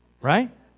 Right